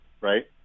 right